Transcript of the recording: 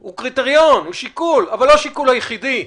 הוא קריטריון, הוא שיקול, אבל לא השיקול היחידי.